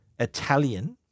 Italian